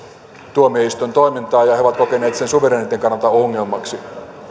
tuomioistuintoimintaa ja ja he ovat kokeneet sen suvereniteetin kannalta ongelmaksi